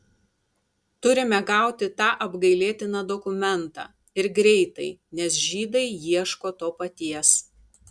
turime gauti tą apgailėtiną dokumentą ir greitai nes žydai ieško to paties